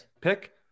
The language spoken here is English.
pick